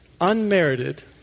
Unmerited